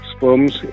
Sperms